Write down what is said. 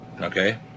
Okay